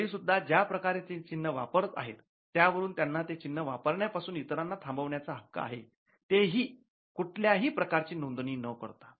तरीसुद्धा ज्या प्रकारे ते चिन्ह वापरत आहे त्यावरून त्यांना ते चिन्ह वापरण्यापासून इतरांना थांबवण्याचा हक्क आहे तेही ही कुठल्याही प्रकारची नोंदणी न करता